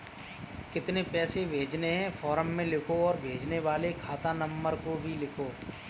कितने पैसे भेजने हैं फॉर्म में लिखो और भेजने वाले खाता नंबर को भी लिखो